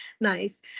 nice